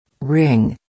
Ring